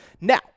Now